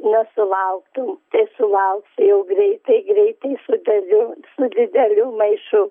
nesulauktum sulauksi jau greitai greitai su tavim su dideliu maišu